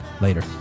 later